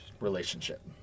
relationship